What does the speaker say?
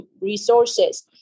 resources